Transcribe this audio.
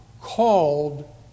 called